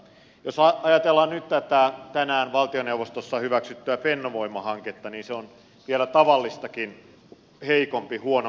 jos ajatellaan nyt tätä tänään valtioneuvostossa hyväksyttyä fennovoima hanketta niin se on vielä tavallistakin heikompi huonompi hanke